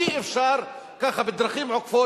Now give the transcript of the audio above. אי-אפשר בדרכים עוקפות,